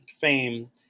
fame